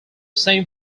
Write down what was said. same